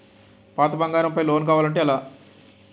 పాత బంగారం పై లోన్ కావాలి అంటే ఎలా?